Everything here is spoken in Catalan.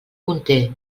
conté